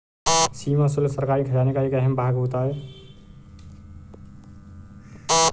सीमा शुल्क सरकारी खजाने का एक अहम भाग होता है